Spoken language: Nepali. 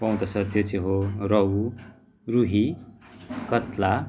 पाउँदछ त्योचे चाहिँ हो रहु रुही कत्ला